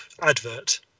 advert